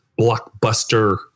blockbuster